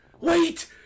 Wait